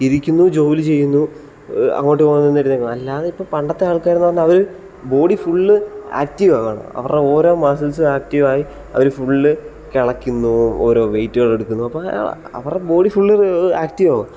ഇരിക്കുന്നു ജോലി ചെയ്യുന്നു അങ്ങോട്ടും ഇങ്ങോട്ടും അല്ലാതെ ഇപ്പം പണ്ടത്തെ ആൾക്കാരെന്നു പറഞ്ഞാൽ അവർ ബോഡി ഫുള്ള് ആക്ടീവ് ആവുകയാണ് അവരുടെ ഓരോ മസിൽസ് ആക്ടീവായി അവർ ഫുള്ള് കെളയ്ക്കുന്നോ ഓരോ വെയിറ്റുകൾ എടുക്കുന്നു അപ്പോ അവരുടെ ബോഡി ഫുൾ ആക്ടീവ് ആവുവാ